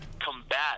combat